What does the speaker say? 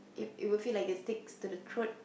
it it would feel like it sticks to the throat